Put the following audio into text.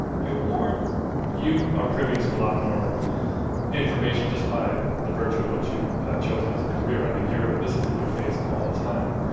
you're warned you are privy to a lot more information just by the virtue of what you have chosen as a career. i mean, you're this is in your face all the time.